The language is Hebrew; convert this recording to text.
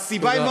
תודה.